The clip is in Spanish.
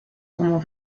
como